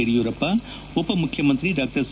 ಯಡಿಯೂರಪ್ಪ ಉಪಮುಖ್ಯಮಂತ್ರಿ Dr C